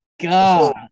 god